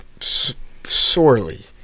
sorely